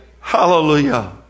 Hallelujah